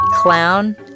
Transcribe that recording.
clown